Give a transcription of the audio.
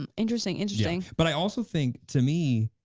um interesting, interesting. but i also think to me,